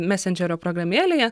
mesendžerio programėlėje